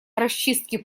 расчистке